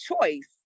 choice